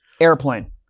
Airplane